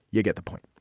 you get the point.